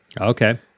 Okay